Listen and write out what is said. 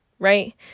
right